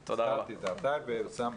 הזכרתי את הרב טייב ואת אוסאמה.